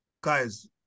guys